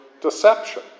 deception